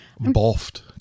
boffed